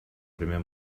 primer